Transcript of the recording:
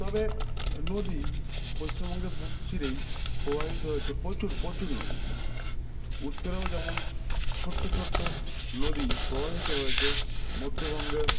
তবে নদী পশ্চিমবঙ্গের বুক চিরেই প্রবাহিত হয়েছে প্রচুর প্রচুর নদী উত্তরেও যেমন ছোট্ট ছোট্ট নদী প্রবাহিত হয়েছে মধ্যবঙ্গে